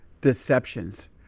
deceptions